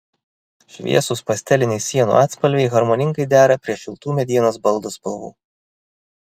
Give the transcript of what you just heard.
šviesūs pasteliniai sienų atspalviai harmoningai dera prie šiltų medienos baldų spalvų